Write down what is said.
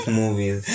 movies